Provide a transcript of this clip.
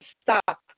Stop